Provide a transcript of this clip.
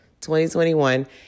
2021